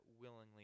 willingly